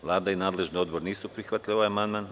Vlada i nadležni odbor nisu prihvatili ovaj amandman.